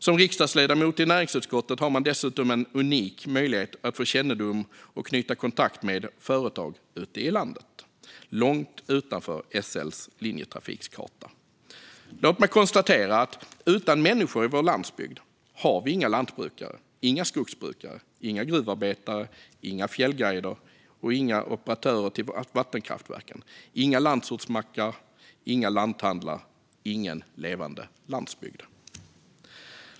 Som riksdagsledamot i näringsutskottet har man en unik möjlighet att få kännedom om och knyta kontakter med företag ute i landet, långt utanför SL:s linjekarta. Låt mig konstatera att utan människor i vår landsbygd har vi inga lantbrukare, inga skogsbrukare, inga gruvarbetare, inga fjällguider och inga operatörer i vattenkraftverken. Vi har inga landsortsmackar och inga lanthandlar - ingen levande landsbygd.